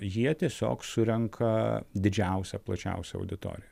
jie tiesiog surenka didžiausią plačiausią auditoriją